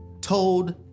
told